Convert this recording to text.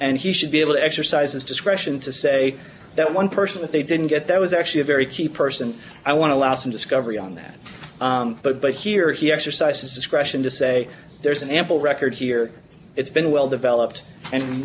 and he should be able to exercise his discretion to say that one person that they didn't get that was actually a very key person i want to lots of discovery on that but but here he exercises discretion to say there's an ample record here it's been well developed and